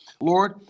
Lord